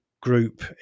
group